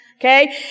Okay